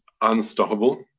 unstoppable